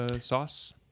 sauce